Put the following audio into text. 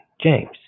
James